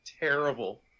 terrible